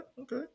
okay